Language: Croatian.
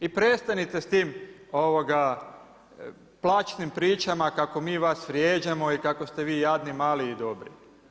I prestanite s tim plaćnim pričama kako mi vas vrijeđamo i kako ste vi jadni, mali i dobri.